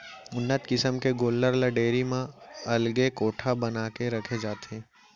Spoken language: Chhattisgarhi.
उन्नत किसम के गोल्लर ल डेयरी म अलगे कोठा बना के रखे जाथे